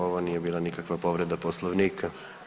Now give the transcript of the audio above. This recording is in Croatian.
Ovo nije bila nikakva povreda Poslovnika.